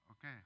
okay